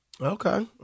Okay